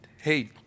Hey